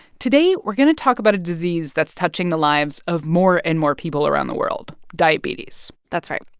today we're going to talk about a disease that's touching the lives of more and more people around the world diabetes that's right.